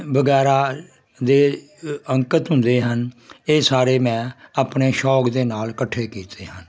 ਵਗੈਰਾ ਦੇ ਅੰਕਿਤ ਹੁੰਦੇ ਹਨ ਇਹ ਸਾਰੇ ਮੈਂ ਆਪਣੇ ਸ਼ੌਕ ਦੇ ਨਾਲ ਇਕੱਠੇ ਕੀਤੇ ਹਨ